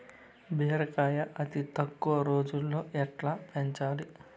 బీరకాయ అతి తక్కువ రోజుల్లో ఎట్లా పెంచాలి?